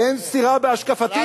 אין סתירה בהשקפתי.